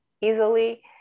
easily